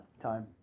Time